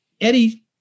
Eddie